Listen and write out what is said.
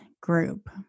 group